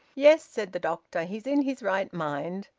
yes, said the doctor. he's in his right mind.